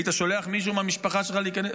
היית שולח מישהו מהמשפחה שלך להיכנס?